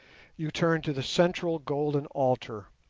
you turn to the central golden altar,